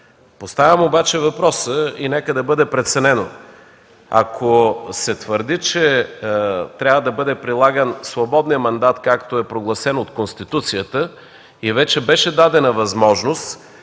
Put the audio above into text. Поставям обаче въпроса и нека да бъде преценено, ако се твърди, че трябва да бъде прилаган свободният мандат – както е прогласен от Конституцията, и вече беше дадена възможност